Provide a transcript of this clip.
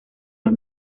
los